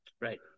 Right